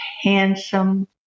handsome